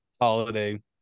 holiday